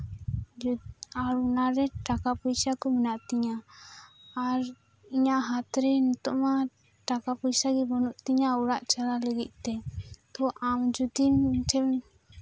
ᱟᱨ ᱚᱱᱟᱨᱮ ᱴᱟᱠᱟ ᱯᱚᱭᱥᱟ ᱠᱚ ᱢᱮᱱᱟᱜ ᱛᱤᱧᱟ ᱟᱨ ᱤᱧᱟᱹᱜ ᱦᱟᱛᱨᱮ ᱱᱤᱛᱚᱜ ᱢᱟ ᱴᱟᱠᱟ ᱯᱩᱭᱥᱟᱜᱮ ᱵᱟᱹᱱᱩᱜ ᱛᱤᱧᱟ ᱚᱲᱟᱜ ᱪᱟᱞᱟᱜ ᱞᱟᱹᱜᱤᱫ ᱛᱮ ᱛᱳ ᱟᱢ ᱡᱩᱫᱤᱢ ᱤᱧᱴᱷᱮᱱ